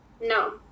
No